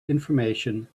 information